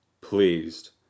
pleased